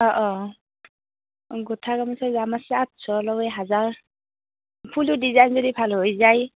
অঁ অঁ গুঠা গামোছাৰ দাম আছে আঠশ লৈ হাজাৰ ফুলৰ ডিজাইন যদি ভাল হৈ যায়